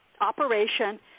operation